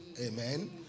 Amen